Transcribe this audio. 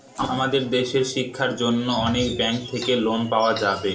আমাদের দেশের শিক্ষার জন্য অনেক ব্যাঙ্ক থাকে লোন পাওয়া যাবে